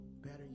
better